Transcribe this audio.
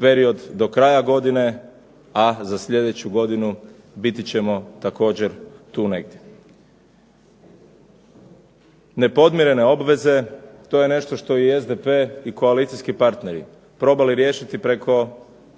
period do kraja godine, a za sljedeću godinu biti ćemo također tu negdje. Nepodmirene obveze, to je nešto što SDP i koalicijski partneri probali riješiti preko